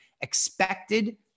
expected